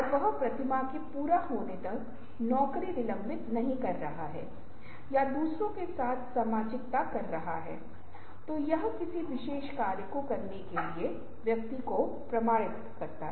और वह संगठन में स्थिति या वातावरण है जो रचनात्मक प्रक्रिया के लिए प्रवाहकीय होगा